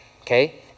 okay